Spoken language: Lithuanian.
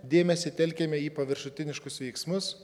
dėmesį telkiame į paviršutiniškus veiksmus